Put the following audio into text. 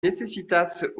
necesitas